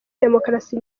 demokarasi